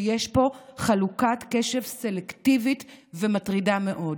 ויש פה חלוקת קשב סלקטיבית ומטרידה מאוד.